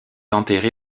enterrée